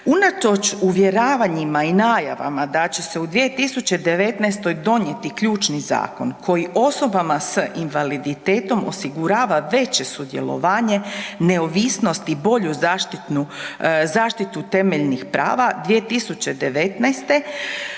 Unatoč uvjeravanjima i najavama da će se u 2019. donijeti ključni zakon koji osobama s invaliditetom osigurava veće sudjelovanje, neovisnost i bolju zaštitu temeljnih prava 2019.